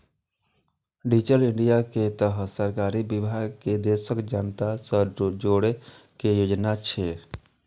digital India के तहत सरकारी विभाग कें देशक जनता सं जोड़ै के योजना छै